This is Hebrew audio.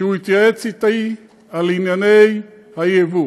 שבו הוא התייעץ איתי על ענייני היבוא.